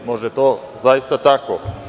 Možda je to zaista tako.